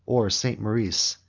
or st. maurice,